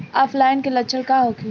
ऑफलाइनके लक्षण का होखे?